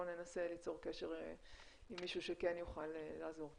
ננסה ליצור קשר עם מישהו שכן יוכל לעזור.